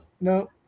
no